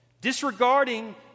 disregarding